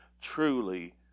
truly